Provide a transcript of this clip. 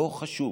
לא חשוב